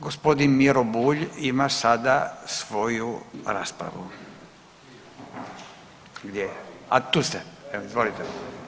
Gospodin Miro Bulj ima sada svoju raspravu, gdje je, a tu ste, izvolite.